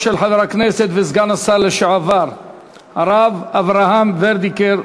השר לשעבר הרב אברהם ורדיגר,